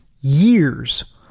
years